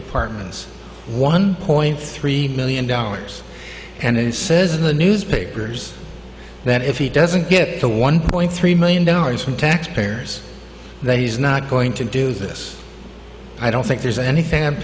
apartments one point three million dollars and it says in the newspapers that if he doesn't get the one point three million dollars from taxpayers that he's not going to do this i don't think there's any